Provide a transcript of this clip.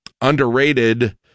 underrated